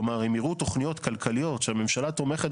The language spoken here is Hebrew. כלומר הם יראו תוכניות כלכליות שהממשלה תומכת